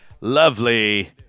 lovely